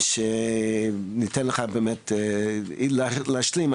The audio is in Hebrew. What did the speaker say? אני אתן לך ככה להשלים,